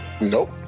nope